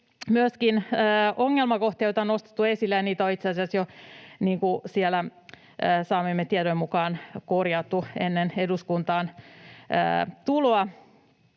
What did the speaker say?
myöskin ongelmakohtia, joita on nostettu esille, ja niitä on itse asiassa jo saamiemme tietojen mukaan